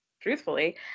Truthfully